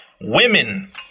Women